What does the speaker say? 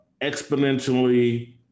exponentially